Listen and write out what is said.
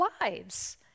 lives